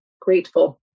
grateful